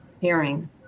hearing